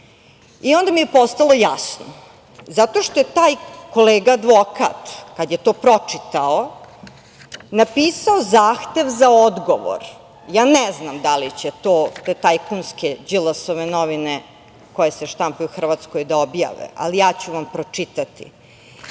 i onda mi je postalo jasno zato što je taj kolega advokat, kada je to pročitao, napisao zahtev za odgovor, ne znam da li će te tajkunske Đilasove novine, koje se štampaju u Hrvatskoj, da objave, ali ja ću vam pročitati,